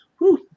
whoo